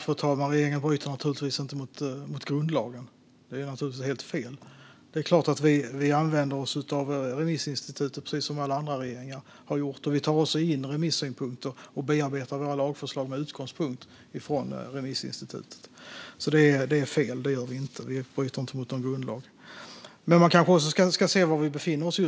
Fru talman! Regeringen bryter naturligtvis inte mot grundlagen. Det är helt fel. Det är klart att vi använder oss av remissinstitutet precis som alla andra regeringar har gjort. Vi tar också in remissynpunkter och bearbetar våra lagförslag med utgångspunkt från remissinstitutet. Det är fel. Vi bryter inte mot någon grundlag. Man kanske också ska se var vi befinner oss